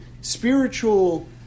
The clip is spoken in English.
spiritual